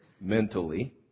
mentally